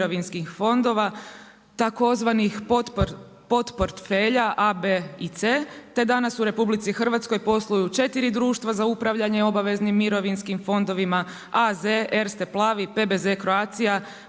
mirovinskih fondova tzv. port portfelja A, B i C te danas u RH, posluju 4 društva za upravljanjem obaveznim mirovinskim fondovima AZ, ERSTE plavi, PBZ Croatia